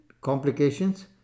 complications